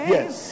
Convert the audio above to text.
Yes